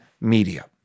media